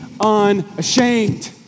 unashamed